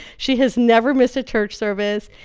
she has never missed a church service.